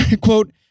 Quote